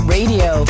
Radio